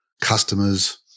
customers